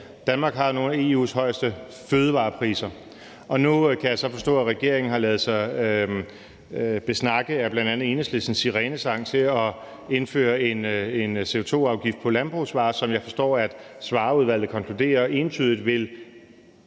Danmark har nogle af EU's højeste fødevarepriser. Nu kan jeg så forstå, at regeringen har ladet sig besnakke af bl.a. Enhedslistens sirenesang til at indføre en CO2-afgift på landbrugsvarer, hvad jeg forstår at Svarerudvalget konkluderer entydigt vil